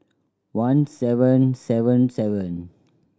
one seven seven seven